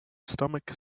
stomach